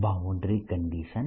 n12 D1